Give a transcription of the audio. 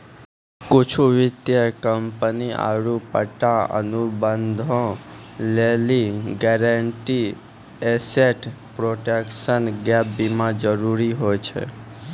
कुछु वित्तीय कंपनी आरु पट्टा अनुबंधो लेली गारंटीड एसेट प्रोटेक्शन गैप बीमा जरुरी होय छै